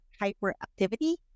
hyperactivity